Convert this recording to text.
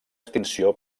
extinció